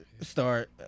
start